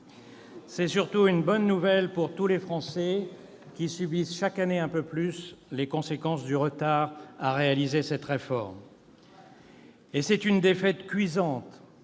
C'est surtout une bonne nouvelle pour tous les Français qui subissent chaque année un peu plus les conséquences du retard à réaliser cette réforme. Mais c'est une défaite cuisante